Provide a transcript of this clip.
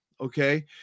okay